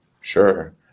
Sure